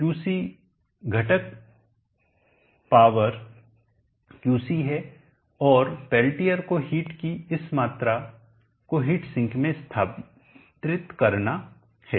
QC घटक power QC है और पेल्टियर को हीट की इस मात्रा को हीट सिंक में स्थानांतरित करना है